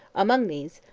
among these,